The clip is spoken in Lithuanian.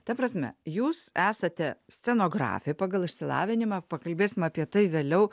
ta prasme jūs esate scenografė pagal išsilavinimą pakalbėsim apie tai vėliau